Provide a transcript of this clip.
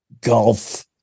golf